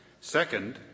Second